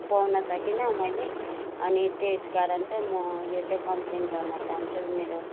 पाउन सकिनँ मैले अनि त्यसकारण चाहिँ म यो चाहिँ कम्प्लेन गर्न चाहन्छु मेरो